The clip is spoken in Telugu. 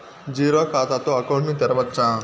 జీరో ఖాతా తో అకౌంట్ ను తెరవచ్చా?